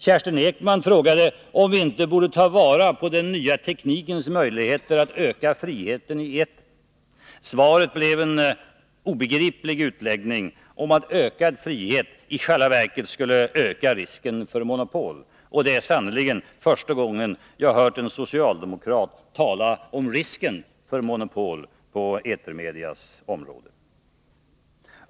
Kerstin Ekman frågade om vi inte borde ta vara på den nya teknikens möjligheter att öka friheten i etern. Svaret blev en obegriplig utläggning om att ökad frihet i själva verket skulle öka risken för monopol. Det är sannerligen första gången jag hört en socialdemokrat tala om risken för monopol på etermediaområdet.